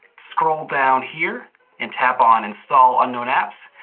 scroll down here and tap on install unknown apps.